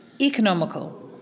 economical